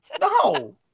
No